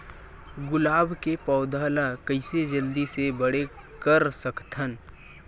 गुलाब के पौधा ल कइसे जल्दी से बड़े कर सकथन?